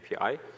API